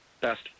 best